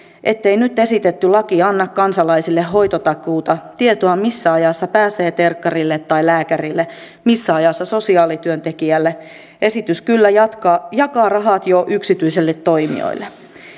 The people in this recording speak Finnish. ettei nyt esitetty laki anna kansalaisille hoitotakuuta tietoa missä ajassa pääsee terkkarille tai lääkärille missä ajassa sosiaalityöntekijälle esitys kyllä jakaa jo rahat yksityisille toimijoille